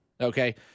okay